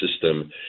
system